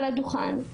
על הדוכן,